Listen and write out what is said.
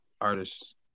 artists